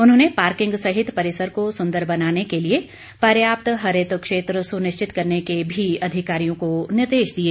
उन्होंने पार्किंग सहित परिसर को सुंदर बनाने के लिए पर्याप्त हरित क्षेत्र सुनिश्चित करने के भी अधिकारियों को निर्देश दिए